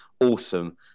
awesome